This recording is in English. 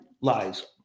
lies